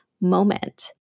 moment